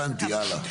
אוקיי הבנתי הלאה.